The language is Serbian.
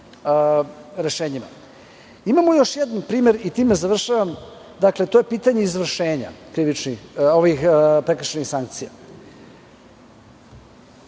rešenjima. Imamo još jedan primer, i time završavam, dakle, to je pitanje izvršenja prekršajnih sankcija.